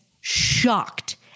shocked